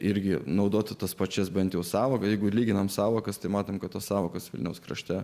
irgi naudoti tas pačias bent jau sąvoka jeigu lyginame sąvokas tai matome kad tos sąvokos vilniaus krašte